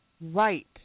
right